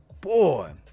boy